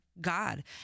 God